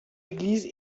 église